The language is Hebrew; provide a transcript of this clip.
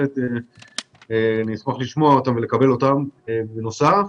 בהחלט נשמח לשמוע ולקבל אותן בנוסף.